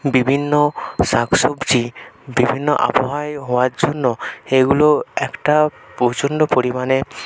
বিভিন্ন শাক সবজি বিভিন্ন আবহাওয়ায় হওয়ার জন্য এগুলো একটা প্রচণ্ড পরিমাণে